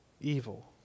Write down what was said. Evil